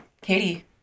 Katie